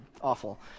Awful